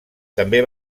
també